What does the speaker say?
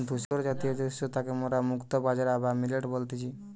ধূসরজাতীয় যে শস্য তাকে মোরা মুক্তা বাজরা বা মিলেট বলতেছি